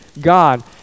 God